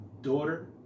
daughter